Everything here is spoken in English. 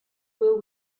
will